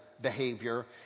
Behavior